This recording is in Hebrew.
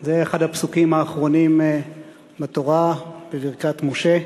זה אחד הפסוקים האחרונים בתורה, בברכת משה.